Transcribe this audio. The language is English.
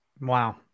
Wow